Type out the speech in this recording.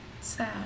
sad